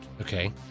Okay